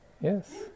Yes